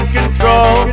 control